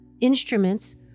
instruments